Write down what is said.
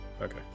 Okay